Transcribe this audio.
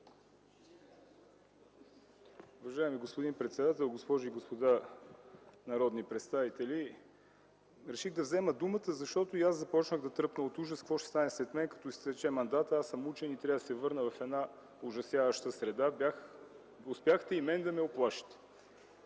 Уважаеми господин председател, госпожи и господа народни представители! Реших да взема думата, защото и аз започнах да тръпна от ужас какво ще стане с мен, след като изтече мандатът – аз съм учен и трябва да се върна в една ужасяваща среда. Успяхте и мен да уплашите!